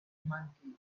monkey